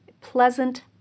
pleasant